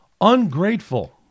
Ungrateful